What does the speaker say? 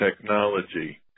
Technology